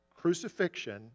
crucifixion